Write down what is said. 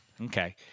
Okay